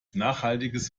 nachhaltiges